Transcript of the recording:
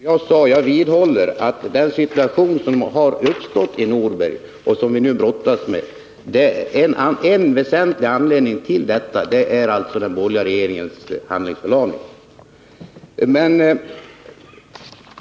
Herr talman! Jag vidhåller att en väsentlig anledning till den situation som uppstått i Norberg och som vi nu brottas med är den borgerliga regeringens handlingsförlamning.